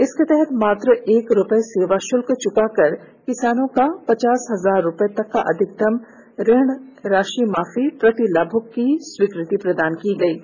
इसके तहत मात्र एक रूपये सेवा शुल्क चुका कर किसानों का पचास हजार तक का अधिकतम ऋण राशि प्रति लाभुक की स्वीकृति प्रदान की गई है